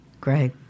Great